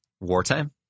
wartime